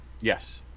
yes